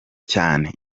cyane